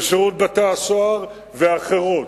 של שירות בתי-הסוהר ואחרות,